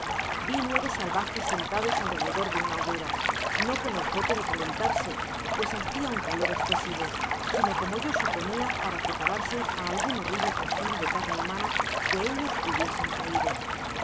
vi nueve salvajes sentados alrededor de una hoguera no con objeto de calentarse pues hacia un calor escesivo sino como yo suponia para prepararse á algun horrible festin de carne humana que ellos hubiesen traido